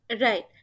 right